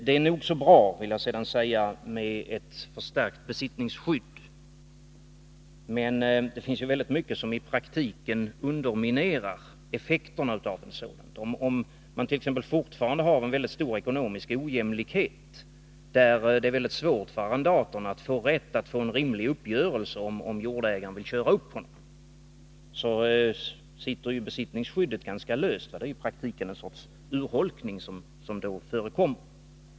Det är nog bra med ett förstärkt besittningsskydd, men det finns mycket som i praktiken underminerar effekterna av ett sådant. Om det t.ex. fortfarande finns en mycket stor ekonomisk ojämlikhet, där det är mycket svårt för arrendatorn att få rätt och få en rimlig uppgörelse om jordägaren vill köra upp honom, sitter besittningsskyddet ganska löst. Det är i praktiken en sorts urholkning som då förekommer.